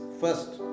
first